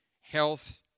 health